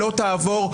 לא תעבור,